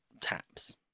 Taps